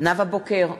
נאוה בוקר,